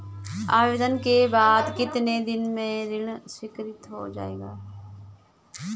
आवेदन के बाद कितने दिन में ऋण स्वीकृत हो जाएगा?